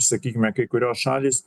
sakykime kai kurios šalys